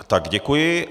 Tak, děkuji.